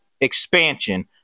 expansion